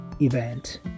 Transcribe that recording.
event